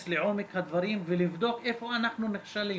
לעומק הדברים ולבדוק איפה אנחנו נכשלים,